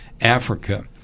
Africa